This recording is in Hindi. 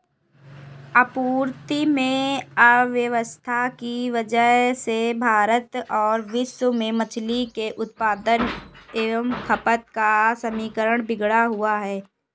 आपूर्ति में अव्यवस्था की वजह से भारत और विश्व में मछली के उत्पादन एवं खपत का समीकरण बिगड़ा हुआ है